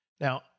Now